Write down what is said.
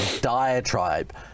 diatribe